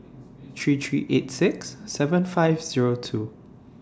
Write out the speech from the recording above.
three three eight six seven five Zero two